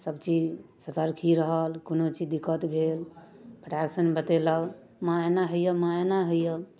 सभचीज सतर्की रहल कोनो चीज दिक्कत भेल फटाक सन बतेलक माँ एना होइए माँ एना होइए